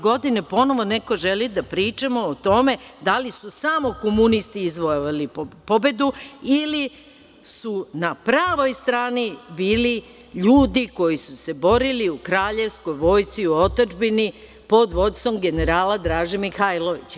Godine 2020. ponovo neko želi da pričamo o tome da li su samo komunisti izvojevali pobedu ili su na pravoj strani bili ljudi koji su se borili u kraljevskoj vojsci u otadžbini, pod vođstvom generala Draže Mihailovića.